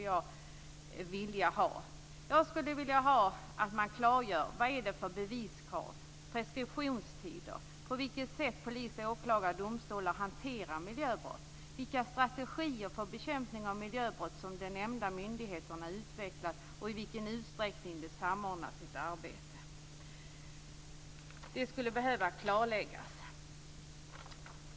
Jag skulle vilja kunna klargöra vilka beviskraven är, preskriptionstider, på vilket sätt poliser, åklagare och domstolar hanterar miljöbrott, vilka strategier för bekämpning av miljöbrott som de nämnda myndigheterna utvecklat och i vilken utsträckning de samordnar sitt arbete.